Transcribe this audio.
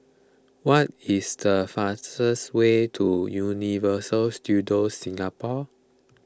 what is the fastest way to Universal Studios Singapore